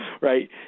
right